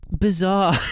Bizarre